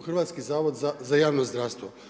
Hrvatski zavod za javno zdravstvo.